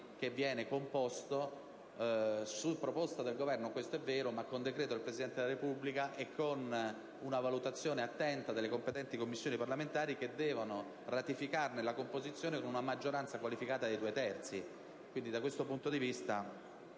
che viene composto su proposta del Governo (questo è vero), ma con decreto del Presidente della Repubblica e con una valutazione attenta delle competenti Commissioni parlamentari, che devono ratificarne la composizione con una maggioranza qualificata di due terzi.